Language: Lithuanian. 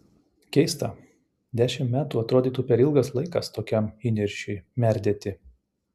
keista dešimt metų atrodytų per ilgas laikas tokiam įniršiui merdėti